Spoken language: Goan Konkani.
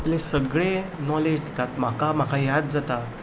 आपले सगले नोलेज दितात म्हाका म्हाका याद जाता